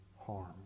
harm